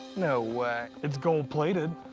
no way. it's gold-plated.